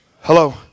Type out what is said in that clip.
Hello